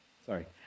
sorry